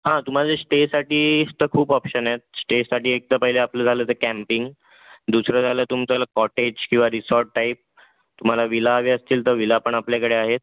हां तुम्हाला जर श्टेसाठी इथं खूप ऑप्शन आहेत स्टेसाठी एक तर पहिलं आपलं झालं तर कॅम्पिंग दुसरं झालं तुमचं कॉटेज किंवा रिसॉर्ट टाईप तुम्हाला विला हवे असतील तर विला पण आपल्याकडे आहेत